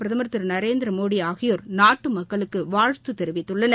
பிரதமர் திரு நரேந்திரமோடி ஆகியோர் நாட்டு மக்களுக்கு வாழ்த்து தெிவித்துள்ளனர்